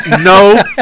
no